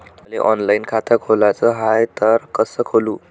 मले ऑनलाईन खातं खोलाचं हाय तर कस खोलू?